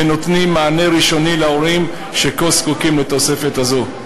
והם נותנים מענה ראשוני להורים שכה זקוקים לתוספת הזו.